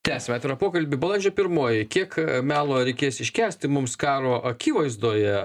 tęsiame atvirą pokalbį balandžio pirmoji kiek melo reikės iškęsti mums karo akivaizdoje